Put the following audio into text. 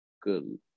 Good